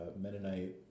Mennonite